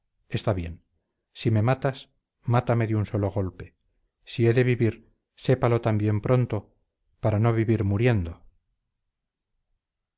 está bien si me matas mátame de un solo golpe si he de vivir sépalo también pronto para no vivir muriendo